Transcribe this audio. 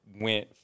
went